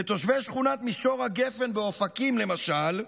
לתושבי שכונת מישור הגפן באופקים, למשל,